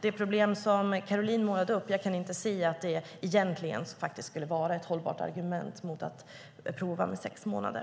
Det problem som Caroline målade upp kan jag egentligen inte se skulle vara ett hållbart argument mot att prova med sex månader.